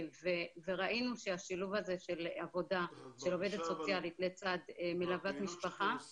ראינו שהשילוב של עובדת סוציאלית לצד מלוות משפחה